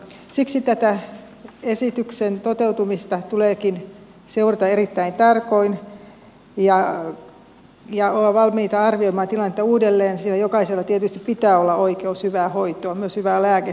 siksi tätä esityksen toteutumista tuleekin seurata erittäin tarkoin ja olla valmiita arvioimaan tilannetta uudelleen sillä jokaisella tietysti pitää olla oikeus hyvään hoitoon myös hyvään lääkehoitoon